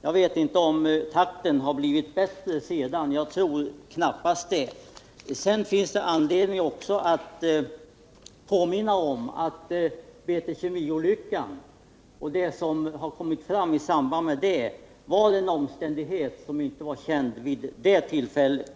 Jag vet inte om man kan säga att takten nu har ökat —- jag tror knappast det. Det finns också anledning att påminna om att BT Kemi-olyckan och det som kommit fram i samband med den är något som inte var känt vid det tillfället.